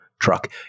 truck